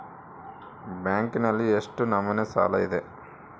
ಬ್ಯಾಂಕಿನಲ್ಲಿ ಎಷ್ಟು ನಮೂನೆ ಸಾಲ ಇದೆ?